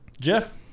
Jeff